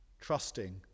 trusting